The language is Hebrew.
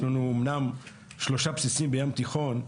אומנם יש לנו שלושה בסיסים בים התיכון,